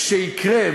כשיקרה,